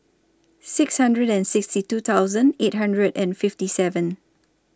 six hundred and sixty two thousand eight hundred and fifty seven